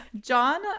John